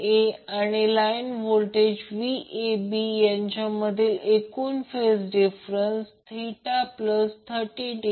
9 lagging आणि CP चे मूल्य वाढवण्यासाठी दाखवितो